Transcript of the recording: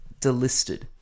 delisted